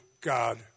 God